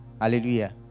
Hallelujah